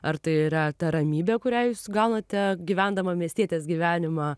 ar tai yra ta ramybė kurią jūs gaunate gyvendama miestietės gyvenimą